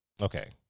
Okay